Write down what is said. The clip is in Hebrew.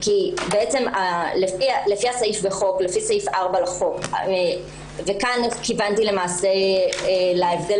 בעצם לפי סעיף 4 לחוק וכאן כיוונתי למעשה להבדל